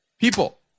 People